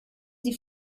sie